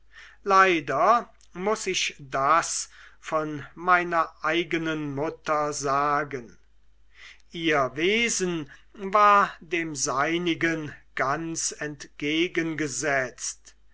leider muß ich das von meiner eigenen mutter sagen ihr wesen war dem seinigen ganz entgegengesetzt